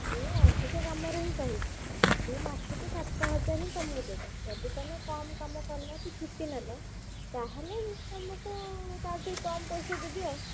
ମୁଁ ଅଧିକ କାମରେ ହିଁ କହିଛି ମୁଁ ମାସକୁ ସାତ ହଜାର ହିଁ ତମକୁ ଦେବି ଯଦି ତମେ କମ୍ କାମ କଲ କି ଛୁଟି ନେଲ ତା'ହେଲେ ମୁଁ ତମକୁ ତାଠୁ କମ୍ ପଇସା ଦେବି ଆଉ